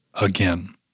again